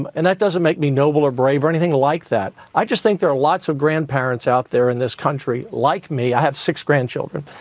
um and, that doesn't make me noble or brave, or anything like that. i just think there are lots of grandparents out there in this country like me, i have six grandchildren,